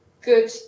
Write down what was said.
good